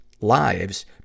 lives